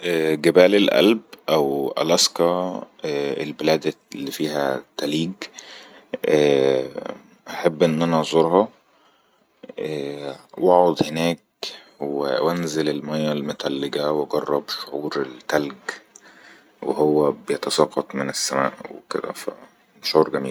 اااء جبال الألب أو ألسكاءء االبلاد اللي فيها تليج ااااييء أحب أن انا ازرها ااييء و أعد هناك و انزل الماية المتلجا واجرب شعور التلج وهو بيتساقط من السما وكدا فاا شعور جميل